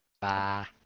Bye